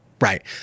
Right